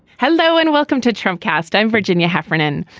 hello and welcome to trump cast. i'm virginia heffernan.